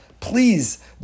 Please